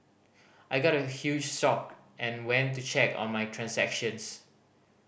I got a huge shocked and went to check on my transactions